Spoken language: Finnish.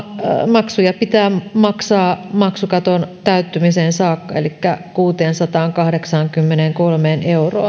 maksuja pitää maksaa maksukaton täyttymiseen saakka elikkä kuuteensataankahdeksaankymmeneenkolmeen euroon